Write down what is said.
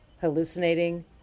Hallucinating